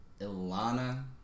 Ilana